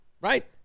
right